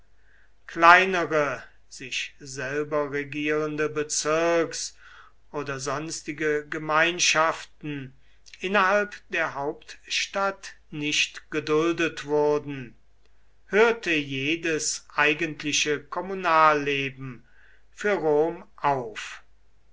kleinere sich selber regierende bezirks oder sonstige gemeinschaften innerhalb der hauptstadt nicht geduldet wurden hörte jedes eigentliche kommunalleben für rom auf